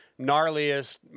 gnarliest